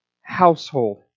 household